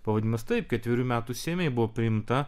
pavadinimas taip ketverių metų seime jinai buvo priimta